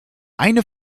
eine